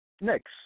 Next